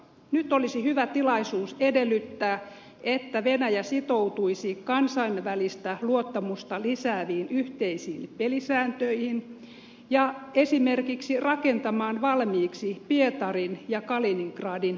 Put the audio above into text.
nyt olisi hyvä tilaisuus edellyttää että venäjä sitoutuisi kansainvälistä luottamusta lisääviin yhteisiin pelisääntöihin ja esimerkiksi rakentamaan valmiiksi pietarin ja kaliningradin jätevesipuhdistamot